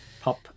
pop